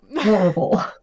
Horrible